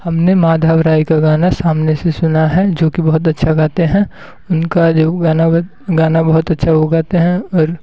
हमने माधव राय का गाना सामने से सुना है जो कि बहुत अच्छा गाते हैं उनका जो गाना गाना बहुत अच्छा वो गाते हैं और